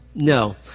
No